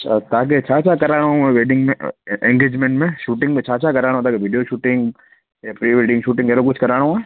हा तव्हांखे छा छा कराइणो आहे वेडिंग में एंगेजमेंट में शूटिंग में छा छा कराइणो आहे तव्हांखे video shooting pre wedding shooting अहिड़ो कुझु कराइणो आहे